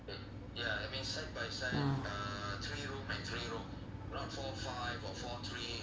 uh